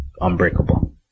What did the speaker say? unbreakable